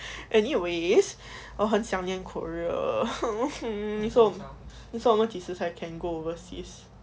anyways 我很想念 korea 你说你说我们几时才 can go overseas